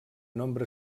nombre